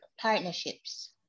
partnerships